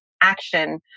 action